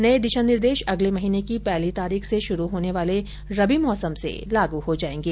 नए दिशा निर्देश अगले महीने की पहली तारीख से शुरू होने वाले रबी मौसम से लागू हो जाएंगे